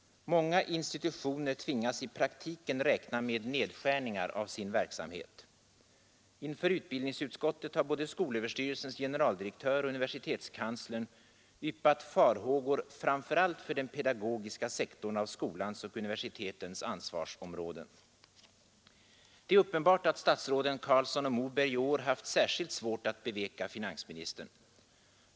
Många institutioner tvingas i praktiken räkna med nedskärningar av sin verksamhet. Inför utbildningsutskottet har både skolöverstyrelsens generaldirektör och universitetskanslern yppat farhågor framför allt för den pedagogiska sektorn av skolans och universitetens ansvarsområden. Det är uppenbart att statsråden Carlsson och Moberg i år haft särskilt svårt att beveka finansministern.